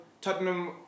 Tottenham